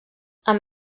amb